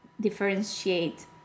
differentiate